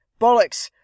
bollocks